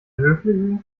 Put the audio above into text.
höfliche